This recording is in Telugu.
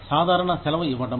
సాధారణ సెలవు ఇవ్వడం